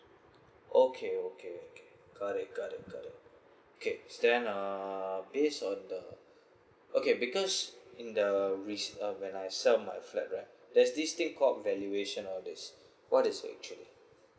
okay okay okay got it got it got it okay I understand then err based on the okay because in the um resale when I sell my flat right there's this thing called valuation and all these what is this actually